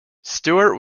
stewart